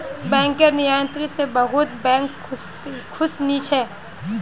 bank नियंत्रण स बहुत बैंक खुश नी छ